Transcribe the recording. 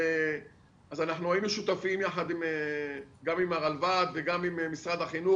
אנחנו היינו שותפים גם עם הרלב"ד וגם עם משרד החינוך,